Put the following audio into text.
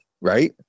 right